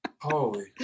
Holy